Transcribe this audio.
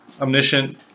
Omniscient